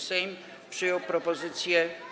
Sejm przyjął propozycję.